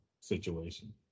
situation